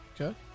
Okay